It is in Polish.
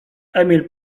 emil